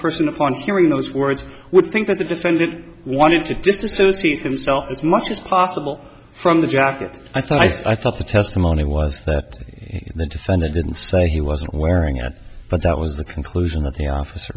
person upon hearing those words would think that the defendant wanted to disassociate himself as much as possible from the jacket i thought i thought the testimony was that the defendant didn't say he wasn't wearing it but that was the conclusion that the office